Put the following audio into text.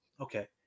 okay